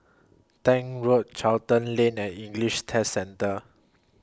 Tank Road Charlton Lane and English Test Centre